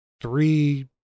three